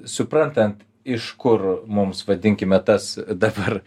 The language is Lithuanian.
suprantant iš kur mums vadinkime tas dabar